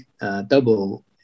double